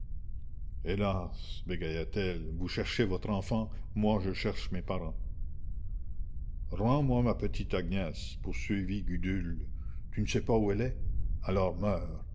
hélas bégaya t elle vous cherchez votre enfant moi je cherche mes parents rends-moi ma petite agnès poursuivit gudule tu ne sais pas où elle est alors meurs